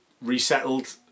resettled